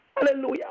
Hallelujah